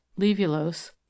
levulose